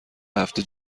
هفته